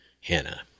Hannah